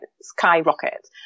skyrocket